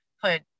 put